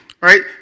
right